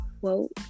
quote